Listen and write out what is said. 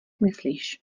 myslíš